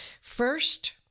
First